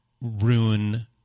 ruin